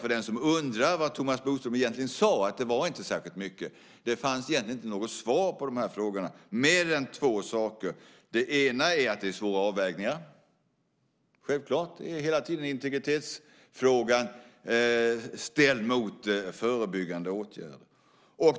För den som undrar vad Thomas Bodström egentligen sade kan jag tala om att det inte var särskilt mycket. Det fanns egentligen inte något svar på de här frågorna, mer än två saker. Det ena är att det är svåra avvägningar. Det är självklart; hela tiden är integritetsfrågan ställd mot förebyggande åtgärder.